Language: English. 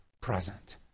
present